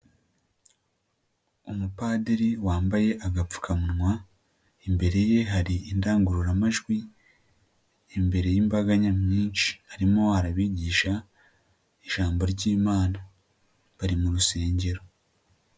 Umupadiri wambaye agapfukamunwa imbere ye hari indangururamajwi, imbere y'imbaga nyamwinshi arimo arabigisha ijambo ry'Imana, bari mu rusengero.